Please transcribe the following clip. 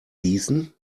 gießen